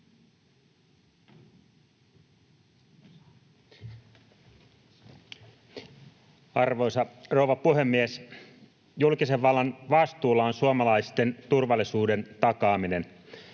Arvoisa rouva puhemies! Julkisen vallan vastuulla on suomalaisten turvallisuuden takaaminen.